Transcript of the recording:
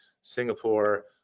Singapore